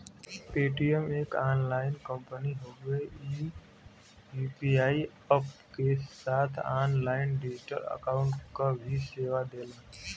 Paytm एक online company हउवे ई यू.पी.आई अप्प क साथ ऑनलाइन डिजिटल अकाउंट क भी सेवा देला